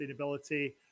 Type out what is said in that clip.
sustainability